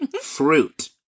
fruit